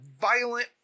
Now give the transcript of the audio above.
violent